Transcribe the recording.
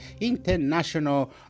international